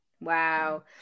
Wow